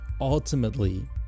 ultimately